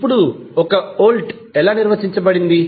ఇప్పుడు 1 వోల్ట్ ఎలా నిర్వచించబడింది